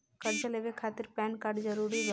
कर्जा लेवे खातिर पैन कार्ड जरूरी बा?